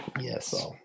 Yes